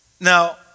Now